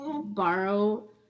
borrow